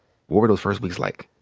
what were those first weeks like?